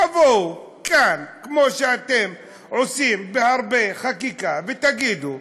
תבואו לכאן, כמו שאתם עושים בהרבה חקיקה, ותגידו: